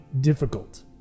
difficult